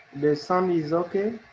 the sound is okay?